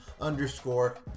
underscore